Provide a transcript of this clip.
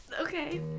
Okay